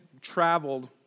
traveled